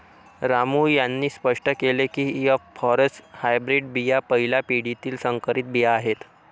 रामू यांनी स्पष्ट केले की एफ फॉरेस्ट हायब्रीड बिया पहिल्या पिढीतील संकरित बिया आहेत